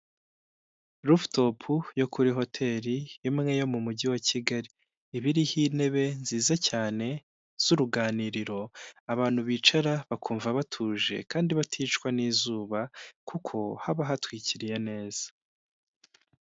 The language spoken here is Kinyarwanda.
Rufu topu yo kuri hoteli imwe yo mu mujyi wa Kigali. Iba iriho intebe nziza cyane z'ruganiriro abantu bicaraho bakumva batuje kandi baticwa n'izuba kuko haba hatwikiriye neza.